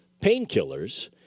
painkillers